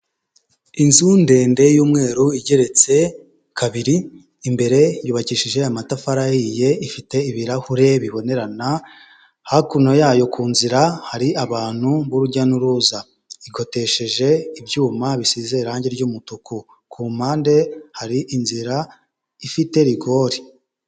Inzu ndende y'umweru igeretse kabiri, imbere yubakishije amatafari ahiye, ifite ibirahure bibonerana, hakuno yayo ku nzira hari abantu b'urujya n'uruza, igotesheje ibyuma bisize irangi ry'umutuku, ku mpande hari inzira ifite rigori.